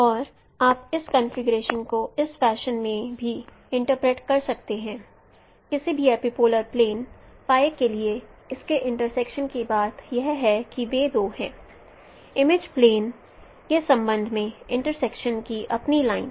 और आप इस कॉन्फ़िगरेशन को इस फैशन में भी इंटरप्रेट कर सकते हैं किसी भी एपिपोलर प्लेन के लिए इसके इंट्रसेक्शन की बात यह है कि वे दो हैं इमेज प्लेन के संबंध में इंट्रसेक्शन की अपनी लाइन